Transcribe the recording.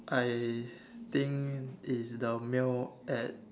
I think it's the meal at